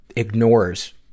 ignores